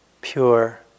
pure